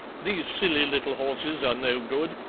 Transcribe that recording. these silly little horses are no good.